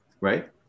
right